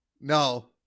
No